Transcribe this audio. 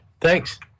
Thanks